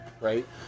right